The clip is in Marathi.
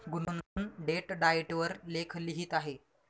गुनगुन डेट डाएट वर लेख लिहित आहे